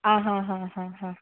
आं हां हां हां हां